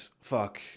fuck